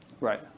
Right